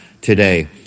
today